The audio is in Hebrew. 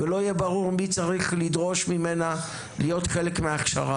ולא יהיה ברור מי צריך לדרוש ממנה להיות חלק מההכשרה הזו?